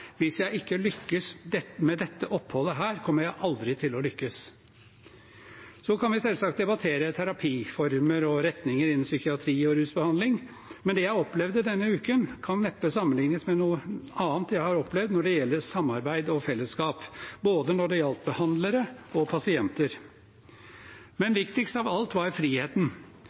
Hvis jeg ikke lykkes med dette oppholdet, kommer jeg aldri til å lykkes. Så kan vi selvsagt debattere terapiformer og retninger innen psykiatri og rusbehandling, men det jeg opplevde denne uken, kan neppe sammenlignes med noe annet jeg har opplevd når det gjelder samarbeid og fellesskap, både når det gjaldt behandlere, og når det gjaldt pasienter. Men viktigst av alt var friheten